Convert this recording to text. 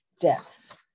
deaths